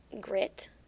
grit